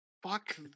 Fuck